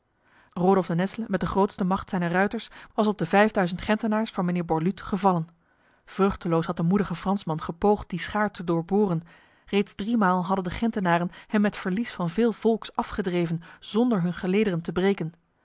de nesle met de grootste macht zijner ruiters was op de vijfduizend gentenaars van mijnheer borluut gevallen vruchteloos had de moedige fransman gepoogd die schaar te doorboren reeds driemaal hadden de gentenaren hem met verlies van veel volks afgedreven zonder hun gelederen te breken